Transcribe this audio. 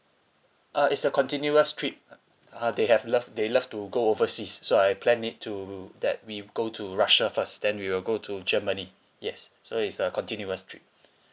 uh it's a continuous trip uh they have love they love to go overseas so I plan it to that we go to russia first then we will go to germany yes so it's a continuous trip